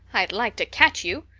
i'd like to catch you!